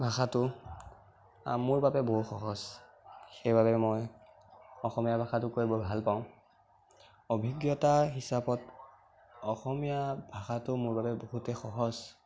ভাষাটো মোৰ বাবে বৰ সহজ সেইবাবে মই অসমীয়া ভাষাটো কৈ বৰ ভালপাওঁ অভিজ্ঞতা হিচাপত অসমীয়া ভাষাটো মোৰ বাবে বহুতেই সহজ